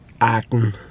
acting